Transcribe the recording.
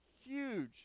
huge